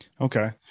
Okay